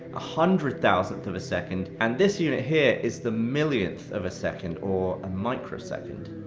hundred thousand of a second, and this unit here is the millionth of a second, or a microsecond.